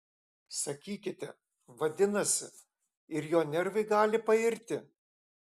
sakykite vadinasi ir jo nervai gali pairti